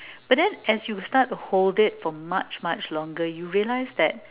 but then as you start to hold it for much much longer you realize that